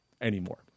anymore